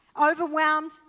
overwhelmed